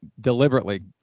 deliberately